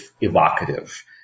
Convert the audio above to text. evocative